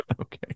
Okay